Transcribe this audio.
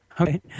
Okay